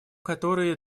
которые